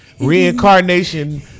reincarnation